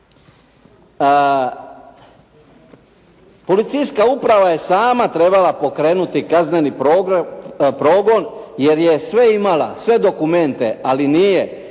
Policijska uprava je sama treba pokrenuti kazneni progon jer je sve imala, sve dokumente, ali nije